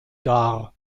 dar